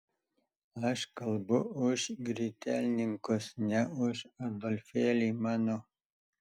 aš kalbu už grytelninkus ne už adolfėlį mano